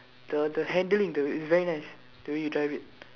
the the handling the it's very nice the way you drive it